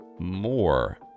More